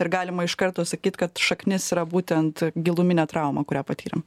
ir galima iš karto sakyt kad šaknis yra būtent giluminė trauma kurią patyrėm